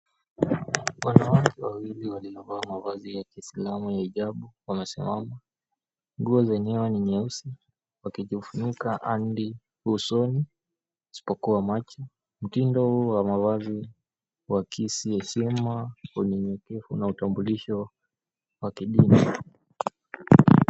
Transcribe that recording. Wanawake wawili waliovaa mavazi ya kiislamu ya hijabu wamesimama. Nguo zenyewe ni nyeusi wakijifunika hadi usoni isipokuwa macho. Mtindo huu wa mavazi huakisi heshima, unyenyekevu na utambulisho wa kidini.